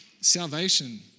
Salvation